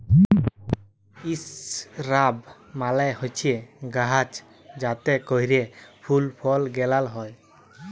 ইসরাব মালে হছে গাহাচ যাতে ক্যইরে ফল ফুল গেলাল হ্যয়